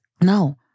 No